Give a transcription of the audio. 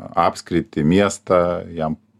apskritį miestą jam